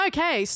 Okay